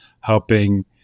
helping